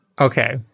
Okay